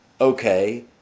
okay